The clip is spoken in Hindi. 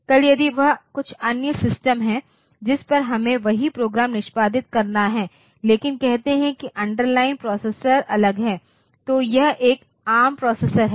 कल यदि वह कुछ अन्य सिस्टम है जिस पर हमें वही प्रोग्राम निष्पादित करना है लेकिन कहते हैं कि अंडरलाइन प्रोसेसर अलग है तो यह एक एआरएम प्रोसेसर है